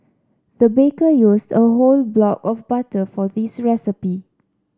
the baker used a whole block of butter for this recipe